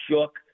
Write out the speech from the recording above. shook